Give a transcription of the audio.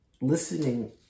Listening